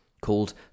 called